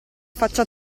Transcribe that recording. faccia